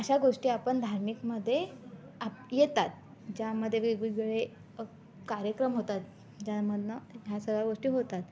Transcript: अशा गोष्टी आपण धार्मिकमध्ये आप येतात ज्यामध्ये वेगवेगळे कार्यक्रम होतात ज्यामधून ह्या सगळ्या गोष्टी होतात